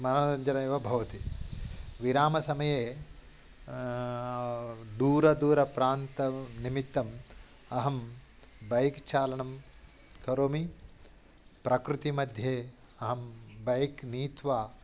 मनोरञ्जनमेव भवति विरामसमये दूरं दूरं प्रान्तनिमित्तम् अहं बैक् चालनं करोमि प्रकृतिमध्ये अहं बैक् नीत्वा